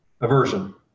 aversion